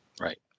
Right